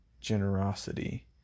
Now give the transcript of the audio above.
generosity